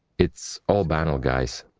it's all banal, guys.